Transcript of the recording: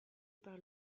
par